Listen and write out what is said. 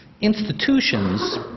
institutions